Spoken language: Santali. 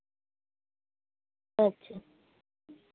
ᱟᱪᱪᱷᱟ